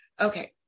Okay